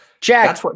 Jack